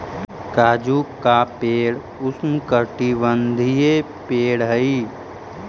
काजू का पेड़ उष्णकटिबंधीय पेड़ हई